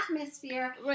atmosphere